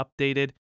updated